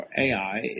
Ai